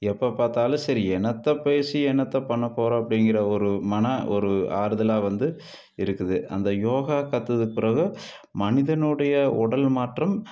எப்போ பார்த்தாலும் சரி என்னத்தை பேசி என்னத்தை பண்ணப்போகிறோம் அப்படிங்கிற ஒரு மன ஒரு ஆறுதலாக வந்து வந்து இருக்குது அந்த யோகா கற்றதுக்கு பிறகு மனிதனுடைய உடல் மாற்றம்